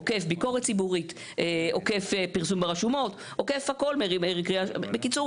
הסמכות לפסול חוק באופן בו זה נעשה היום צריכה להשתנות.